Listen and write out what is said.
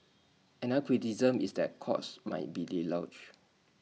another criticism is that the courts might be deluged